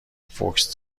فوکس